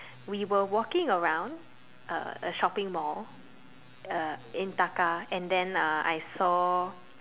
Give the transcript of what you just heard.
we were walking around a a shopping mall uh in Taka and then uh I saw